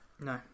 no